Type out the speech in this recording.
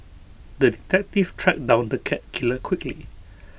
the detective tracked down the cat killer quickly